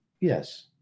Yes